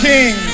King